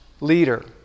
leader